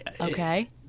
Okay